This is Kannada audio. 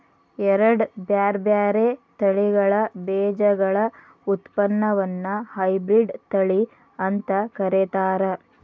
ಎರಡ್ ಬ್ಯಾರ್ಬ್ಯಾರೇ ತಳಿಗಳ ಬೇಜಗಳ ಉತ್ಪನ್ನವನ್ನ ಹೈಬ್ರಿಡ್ ತಳಿ ಅಂತ ಕರೇತಾರ